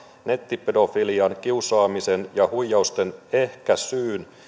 nettipedofilian kiusaamisen ja huijausten ehkäisyyn